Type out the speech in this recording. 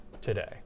today